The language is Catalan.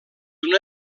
una